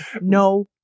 no